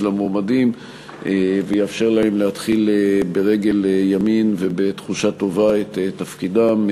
המועמדים ויאפשר להם להתחיל ברגל ימין ובתחושה טובה את תפקידם,